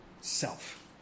self